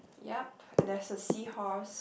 yup and there is a seahorse